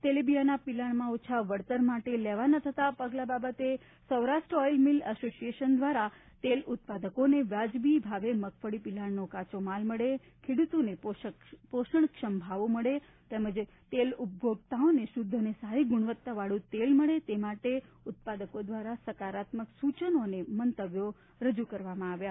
તેલિબિયાંના પીલાણમાં ઓછા વળતર માટે લેવાના થતા પગલાં બાબતે સૌરાષ્ટ્ર ઓઇલ મીલ એશોશીએશન દ્વારા તેલ ઉત્પાદકોને વાજબી ભાવે મગફળી પીલાણનો કાચો માલ મળે ખેડૂતોને પોષણક્ષમ ભાવો મળે તેમજ તેલ ઉપભોક્તાઓને શુદ્ધ અને સારી ગુણવત્તાવાળું તેલ મળે તે માટે ઉત્પાદકો દ્વારા સકારાત્મક સૂચનો અને મંતવ્યો રજૂ કરવામાં આવ્યા